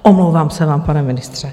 Omlouvám se vám, pane ministře.